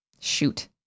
Shoot